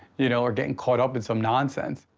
you know, or getting caught up in some nonsense.